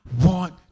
want